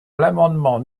l’amendement